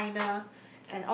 China